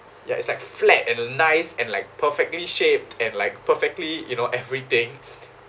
ya it's like flat and nice and like perfectly shaped and like perfectly you know everything